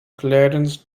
clarence